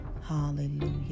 hallelujah